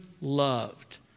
loved